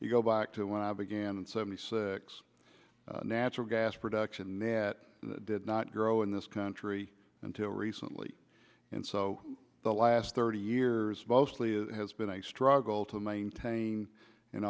you go back to when i began in seventy six natural gas production that did not grow in this country until recently and so the last thirty years mostly it has been a struggle to maintain and